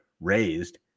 raised